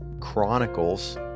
chronicles